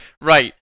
Right